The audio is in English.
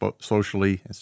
socially